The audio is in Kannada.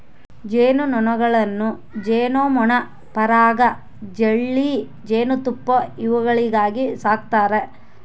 ಜೇನು ನೊಣಗಳನ್ನು ಜೇನುಮೇಣ ಪರಾಗ ಜೆಲ್ಲಿ ಜೇನುತುಪ್ಪ ಇವುಗಳಿಗಾಗಿ ಸಾಕ್ತಾರೆ